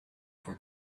for